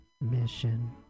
mission